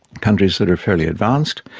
countries that are fairly advanced,